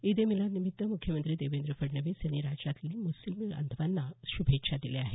ईद ए मिलादनिमित्त मुख्यमंत्री देवेंद्र फडणवीस यांनी राज्यातील मुस्लिम बांधवांना शुभेच्छा दिल्या आहेत